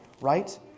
right